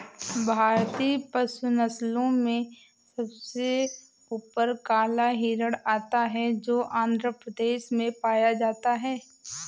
भारतीय पशु नस्लों में सबसे ऊपर काला हिरण आता है जो आंध्र प्रदेश में पाया जाता है